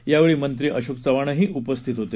यावेळी मंत्री अशोक चव्हाणही उपस्थित होते